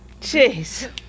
Jeez